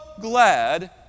glad